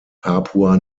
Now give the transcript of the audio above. papua